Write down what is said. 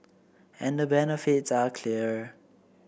and the benefits are clear